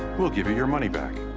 we'll give you your money back.